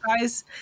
guys